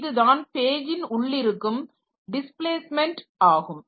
இதுதான் பேஜின் உள்ளிருக்கும் டிஸ்பிளேஸ்மெண்ட் ஆகும்